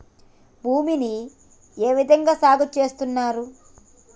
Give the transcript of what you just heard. భూమిని ఏ విధంగా సాగు చేస్తున్నారు?